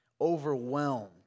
overwhelmed